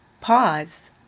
pause